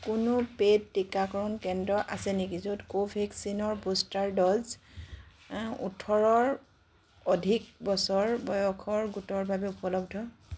কোনো পেইড টীকাকৰণ কেন্দ্ৰ আছে নেকি য'ত কোভেক্সিনৰ বুষ্টাৰ ড'জ ওঠৰৰ অধিক বছৰ বয়সৰ গোটৰ বাবে উপলব্ধ